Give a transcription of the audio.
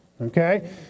okay